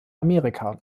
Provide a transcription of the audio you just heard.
amerika